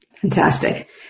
Fantastic